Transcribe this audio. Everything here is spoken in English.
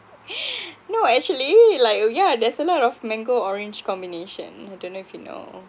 no actually like oh yeah there's a lot of mango orange combination I don't know if you know